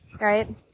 Right